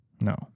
No